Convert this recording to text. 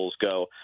go